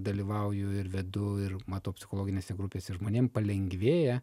dalyvauju ir vedu ir matau psichologinėse grupėse žmonėm palengvėja